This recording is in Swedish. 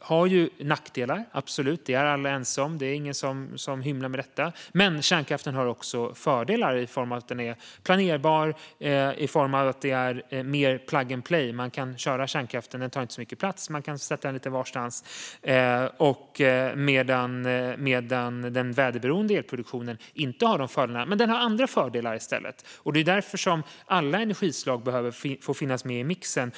har nackdelar, absolut. Det är alla ense om. Det är ingen som hymlar med detta. Men kärnkraften har också fördelar i form av att den är planerbar och mer plug and play. Man kan köra kärnkraften, och den tar inte så mycket plats. Man kan sätta den lite varstans, medan den väderberonde elproduktionen inte har de fördelarna. Men den har andra fördelar i stället. Det är därför som alla energislag behöver få finnas med i mixen.